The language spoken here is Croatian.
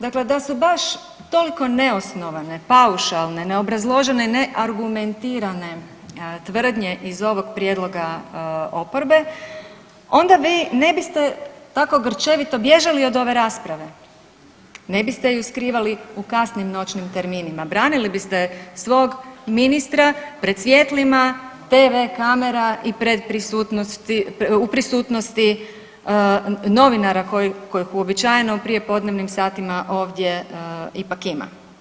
Dakle, da su baš toliko neosnovane, paušalne, neobrazložene i neargumentirane tvrdnje iz ovog prijedloga oporbe onda vi ne biste tako grčevito bježali od ove rasprave, ne biste ju skrivali u kasnim noćnim terminima, branili bi ste svog ministra pred svjetlima tv kamera i u prisutnosti novinara koji uobičajeno u prijepodnevnim satima ovdje ipak ima.